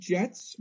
Jets